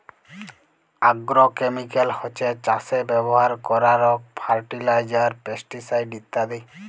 agrochemical হছ্যে চাসে ব্যবহার করারক ফার্টিলাইজার, পেস্টিসাইড ইত্যাদি